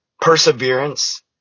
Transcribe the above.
perseverance